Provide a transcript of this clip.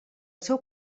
seu